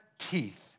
teeth